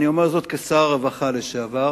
ואני אומר זאת כשר הרווחה לשעבר,